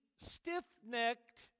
stiff-necked